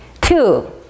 Two